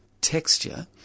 Texture